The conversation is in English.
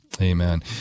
Amen